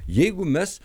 jeigu mes